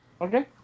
Okay